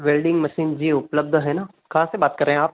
welding machine जी उपलब्ध है ना कहाँ से बात कर रहे हैं आप